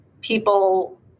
people